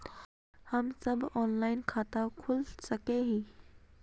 हम सब ऑनलाइन खाता खोल सके है?